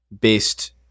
based